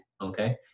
okay